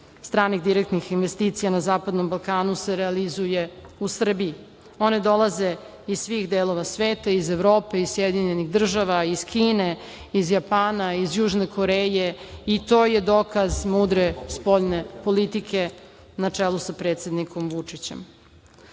stranih direktnih investicija na Zapadnom Balkanu se realizuje u Srbiji, one dolaze iz svih delova sveta, iz Evrope, iz SAD, iz Kine, iz Japana, iz Južne Koreje, i to je dokaz mudre spoljne politike na čelu sa predsednikom Vučićem.